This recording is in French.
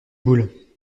boules